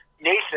Nathan